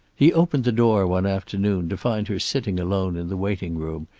he opened the door one afternoon to find her sitting alone in the waiting-room,